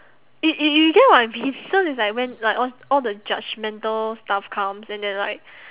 you you you get what I mean so it's like when like all all the judgemental stuff comes and then like